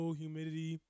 humidity